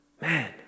Man